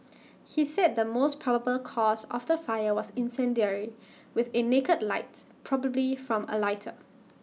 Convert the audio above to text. he said the most probable cause of the fire was incendiary with A naked light possibly from A lighter